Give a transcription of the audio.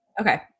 Okay